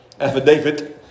affidavit